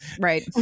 Right